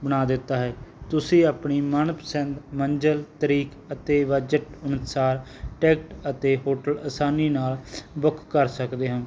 ਬਣਾ ਦਿੱਤਾ ਹੈ ਤੁਸੀਂ ਆਪਣੀ ਮਨਪਸੰਦ ਮੰਜ਼ਿਲ ਤਰੀਕ ਅਤੇ ਬਜਟ ਅਨੁਸਾਰ ਟਿਕਟ ਅਤੇ ਹੋਟਲ ਆਸਾਨੀ ਨਾਲ ਬੁੱਕ ਕਰ ਸਕਦੇ ਹਾਂ